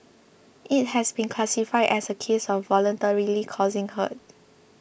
it has been classified as a case of voluntarily causing hurt